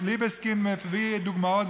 ליבסקינד מביא דוגמאות,